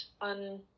on